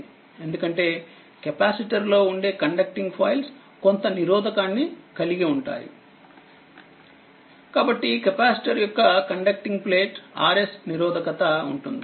ఎందుకంటే కెపాసిటర్ లో ఉండే కండక్టింగ్ ఫాయిల్స్ కొంత నిరోధకాన్ని కలిగి ఉంటాయి కాబట్టికెపాసిటర్ యొక్క కండక్టింగ్ ప్లేట్ Rs నిరోధకతఉంటుంది